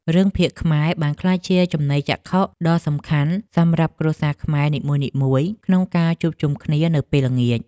រឿងភាគខ្មែរបានក្លាយជាចំណីចក្ខុដ៏សំខាន់សម្រាប់គ្រួសារខ្មែរនីមួយៗក្នុងការជួបជុំគ្នានៅពេលល្ងាច។